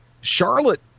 Charlotte